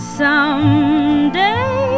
someday